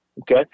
Okay